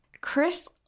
Chris